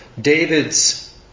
David's